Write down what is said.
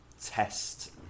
test